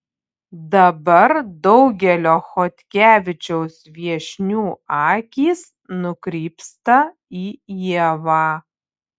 dabar daugelio chodkevičiaus viešnių akys nukrypsta į ievą